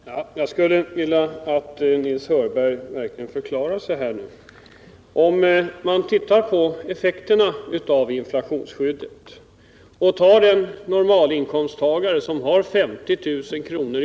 Herr talman! Jag skulle vilja att Nils Hörberg verkligen förklarade sig här nu. Om man ser på effekterna av inflationsskyddet och som exempel tar en normalinkomsttagare som har 50000 kr.